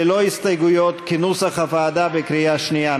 ללא הסתייגויות, כנוסח הוועדה, בקריאה שנייה.